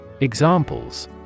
Examples